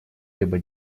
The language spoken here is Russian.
либо